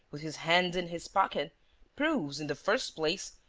with his hands in his pockets proves, in the first place,